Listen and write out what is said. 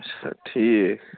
اَچھا ٹھیٖک